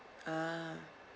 ah